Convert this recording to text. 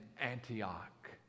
Antioch